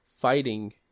fighting